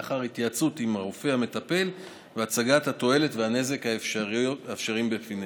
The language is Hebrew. לאחר התייעצות עם הרופא המטפל והצגת התועלת והנזק האפשריים בפניהן.